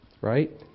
right